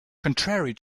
contrary